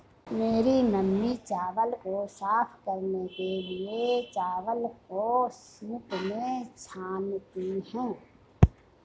मेरी मामी चावल को साफ करने के लिए, चावल को सूंप में छानती हैं